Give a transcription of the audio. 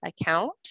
account